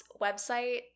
website